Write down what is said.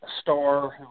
star